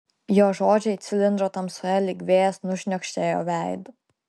jo žodžiai cilindro tamsoje lyg vėjas nušniokštė jo veidu